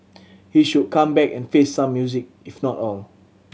he should come back and face some music if not all